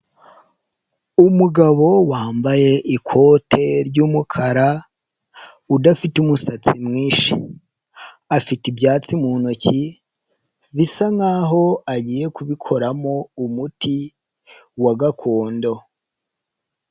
Umugabo wambaye ikote ry'umukara udafite umusatsi mwinshi, afite ibyatsi mu ntoki, bisa nk'aho agiye kubikoramo umuti wa gakondo.